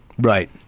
Right